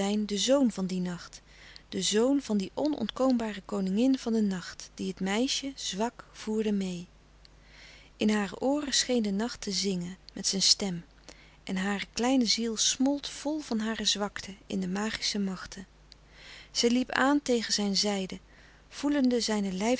de zoon van dien nacht de zoon van die onontkoombare koningin louis couperus de stille kracht van den nacht die het meisje zwak voerde meê in hare ooren scheen de nacht te zingen met zijn stem en hare kleine ziel smolt vol van hare zwakte in de magische machten zij liep aan tegen zijn zijde voelende zijne